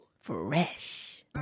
fresh